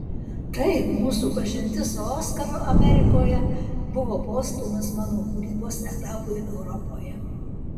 taip mūsų pažintis su oskaru amerikoje buvo postūmis mano kūrybos etapui europoje